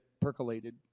percolated